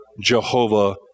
Jehovah